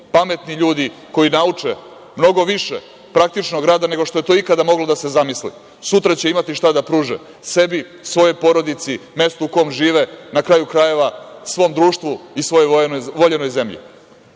pametni ljudi koji nauče mnogo više praktičnog rada nego što je to ikada moglo da se zamisli sutra će imati šta da pruže sebi, svojoj porodici, mestu u kom žive, na kraju krajeva, svom društvu i svojoj voljenoj zemlji. Šta